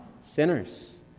sinners